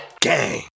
gang